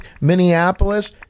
Minneapolis